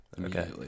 Okay